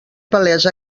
palesa